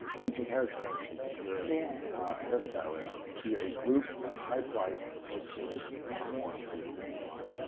teaching hair extensions if you're yeah a hair stylist to a group at a high price as opposed to doing one on one trading for your time. yeah